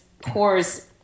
pours